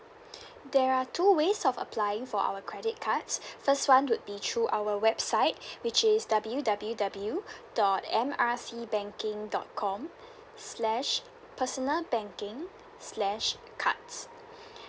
there are two ways of applying for our credit cards first one would be through our website which is W_W_W dot M R C banking dot com slash personal banking slash cards